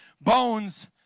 bones